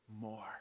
more